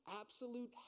absolute